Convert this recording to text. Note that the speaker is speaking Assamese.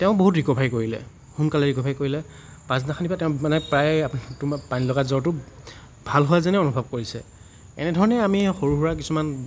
বহুত ৰিক'ভাৰী কৰিলে সোনকালে ৰিক'ভাৰী কৰিলে পাছদিনাখনিৰপৰা তেওঁ মানে প্ৰায়ে তোমাৰ পানীলগা জ্বৰটো ভাল হোৱা যেনেই অনুভৱ কৰিছে এনেধৰণেই আমি সৰু সুৰা কিছুমান